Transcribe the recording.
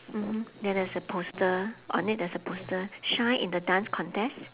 mmhmm then there's a poster on it there's a poster shine in the dance contest